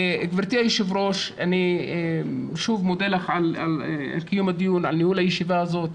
גבירתי היו"ר אני שוב מודה לך על קיום הדיון וניהול הישיבה הזאת,